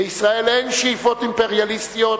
לישראל אין שאיפות אימפריאליסטיות,